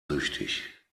süchtig